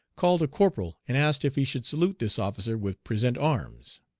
called a corporal, and asked if he should salute this officer with present arms.